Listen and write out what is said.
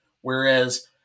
whereas